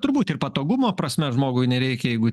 turbūt ir patogumo prasme žmogui nereikia jeigu